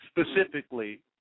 specifically